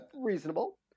Reasonable